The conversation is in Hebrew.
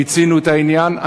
מיצינו את העניין,